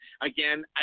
Again